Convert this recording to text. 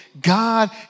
God